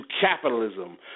capitalism